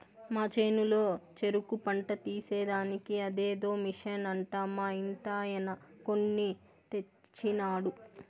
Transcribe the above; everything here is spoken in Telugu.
మా చేనులో చెరుకు పంట తీసేదానికి అదేదో మిషన్ అంట మా ఇంటాయన కొన్ని తెచ్చినాడు